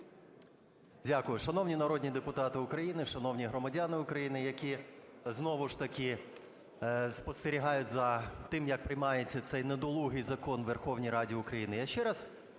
Дякую. Шановні народні депутати України! Шановні громадяни України, які знову ж таки спостерігають за тим, як приймається цей недолугий закон в Верховній Раді України!